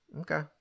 Okay